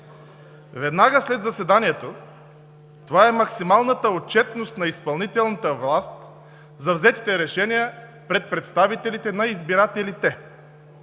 Веднага след заседанието, това е максималната отчетност на изпълнителната власт за взетите решения пред представителите на избирателите.